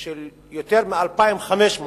של יותר מ-2,500 כיתות.